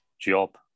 job